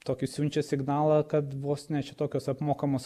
tokį siunčia signalą kad vos ne čia tokios apmokamos